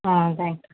ah thank you